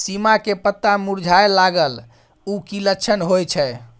सीम के पत्ता मुरझाय लगल उ कि लक्षण होय छै?